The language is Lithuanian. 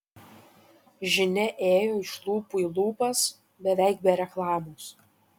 žinia ėjo iš lūpų į lūpas beveik be reklamos